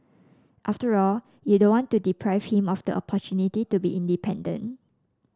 after all you don't want to deprive him of the opportunity to be independent